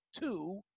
two